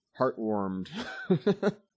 heartwarmed